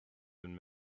been